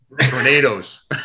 tornadoes